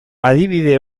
adibide